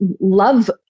love